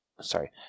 Sorry